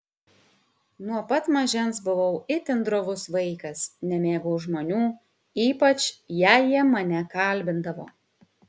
nuo pat mažens buvau itin drovus vaikas nemėgau žmonių ypač jei jie mane kalbindavo